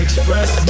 Express